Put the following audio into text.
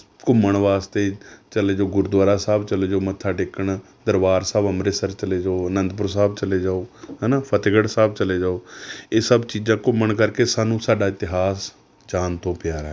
ਘੁੰਮਣ ਵਾਸਤੇ ਚਲੇ ਜਾਉ ਗੁਰਦੁਆਰਾ ਸਾਹਿਬ ਚਲੇ ਜਾਉ ਮੱਥਾ ਟੇਕਣ ਦਰਬਾਰ ਸਾਹਿਬ ਅੰਮ੍ਰਿਤਸਰ ਚਲੇ ਜਾਉ ਅਨੰਦਪੁਰ ਸਾਹਿਬ ਚਲੇ ਜਾਉ ਹੈ ਨਾ ਫਤਿਹਗੜ੍ਹ ਸਾਹਿਬ ਚਲੇ ਜਾਉ ਇਹ ਸਭ ਚੀਜ਼ਾਂ ਘੁੰਮਣ ਕਰਕੇ ਸਾਨੂੰ ਸਾਡਾ ਇਤਿਹਾਸ ਜਾਨ ਤੋਂ ਪਿਆਰਾ ਹੈ